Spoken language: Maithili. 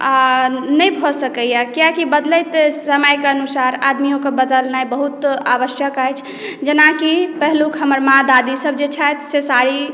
आ नहि भऽ सकैए कियाकि बदलैत समयके अनुसार आदमियोकेँ बदलनाइ बहुत आवश्यक अछि जेनाकि पहिलुक हमर माँ दादीसभ जे छथि से साड़ी